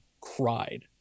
cried